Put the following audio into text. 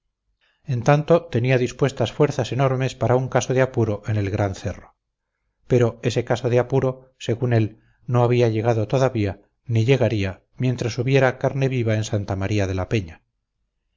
en tanto tenía dispuestas fuerzas enormes para un caso de apuro en el gran cerro pero ese caso de apuro según él no había llegado todavía ni llegaría mientras hubiera carne viva en santa maría de la peña